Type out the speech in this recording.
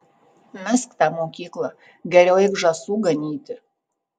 mesk tą mokyklą geriau eik žąsų ganyti